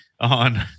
on